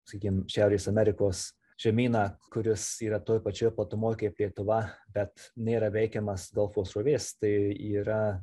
sakykim šiaurės amerikos žemyną kuris yra toj pačioj platumoj kaip lietuva bet nėra veikiamas golfo srovės tai yra